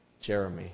Jeremy